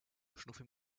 schnuffi